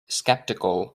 skeptical